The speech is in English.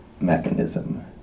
mechanism